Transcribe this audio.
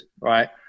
right